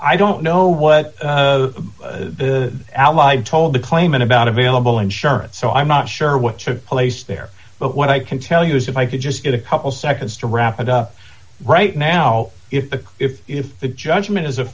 i don't know what the allied told the claimant about available insurance so i'm not sure what took place there but what i can tell you is if i could just get a couple seconds to wrap it up right now if a cliff if the judgment is a